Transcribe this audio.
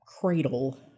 cradle